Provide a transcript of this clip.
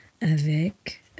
avec